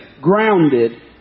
grounded